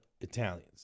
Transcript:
Italians